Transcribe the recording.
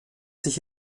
sich